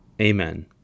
Amen